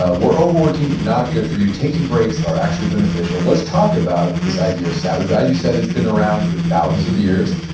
ah we're overworking. not good for you. taking breaks are actually beneficial. let's talk about this idea of sabbath. as you said, it's been around for thousands of years.